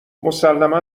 مسلما